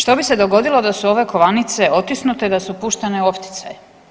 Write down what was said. Što bi se dogodilo da su ove kovanice otisnute, da su puštene u opticaj?